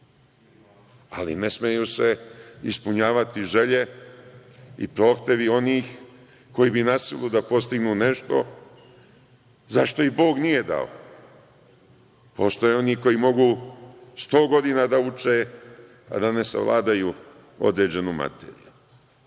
ali ne smeju se ispunjavati želje i prohtevi onih koji bi na silu da postignu nešto za šta ih bog nije dao. Postoje oni koji mogu sto godina da uče a da ne savladaju određenu materiju.